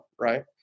Right